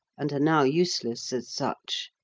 and are now useless as such,